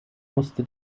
musste